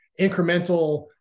incremental